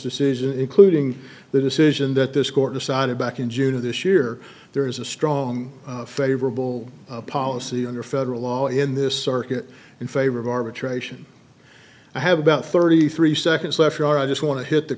decision including the decision that this court decided back in june of this year there is a strong favorable policy under federal law in this circuit in favor of arbitration i have about thirty three seconds left i just want to hit the